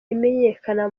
imenyekana